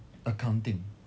accounting